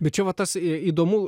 bet čia va tasai įdomu